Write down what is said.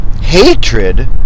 hatred